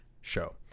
show